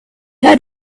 heard